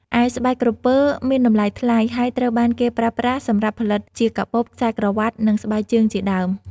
ឯស្បែកក្រពើមានតម្លៃថ្លៃ ហើយត្រូវបានគេប្រើប្រាស់សម្រាប់ផលិតជាកាបូប ខ្សែក្រវ៉ាត់ និងស្បែកជើងជាដើម។